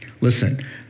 listen